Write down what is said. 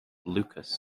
lukas